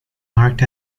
marked